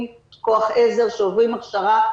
עם כוח עזר שעוברים הכשרה.